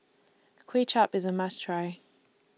Kway Chap IS A must Try